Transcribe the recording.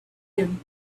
him